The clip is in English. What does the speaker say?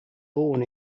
born